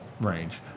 range